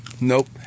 Nope